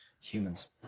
humans